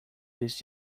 this